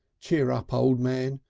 cheer up, o' man,